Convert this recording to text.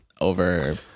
over